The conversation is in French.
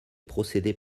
procédés